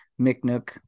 mcnook